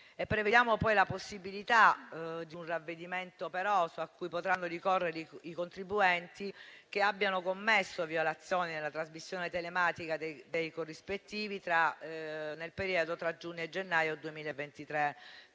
Prevediamo, poi, la possibilità di un ravvedimento operoso, cui potranno ricorrere i contribuenti che abbiano commesso violazioni nella trasmissione telematica dei corrispettivi nel periodo tra giugno e gennaio 2023,